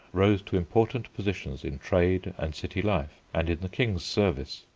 rose to important positions in trade and city life, and in the king's service.